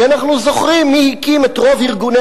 כי אנחנו זוכרים מי הקים את רוב ארגוני